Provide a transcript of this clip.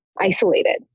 isolated